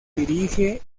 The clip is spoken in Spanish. dirige